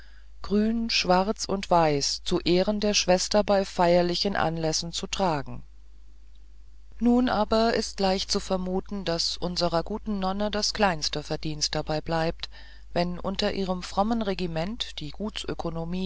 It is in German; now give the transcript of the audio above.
grün schwarz und weiß zu ehren der schwester bei feierlichen anlässen zu tragen nun aber ist leicht zu vermuten daß unserer guten nonne das kleinste verdienst dabei blieb wenn unter ihrem frommen regiment die